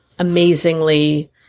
Amazingly